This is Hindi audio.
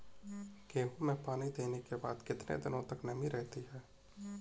गेहूँ में पानी देने के बाद कितने दिनो तक नमी रहती है?